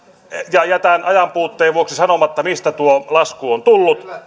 ja jätän ajanpuutteen vuoksi sanomatta mistä tuo lasku on tullut